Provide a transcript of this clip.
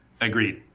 agreed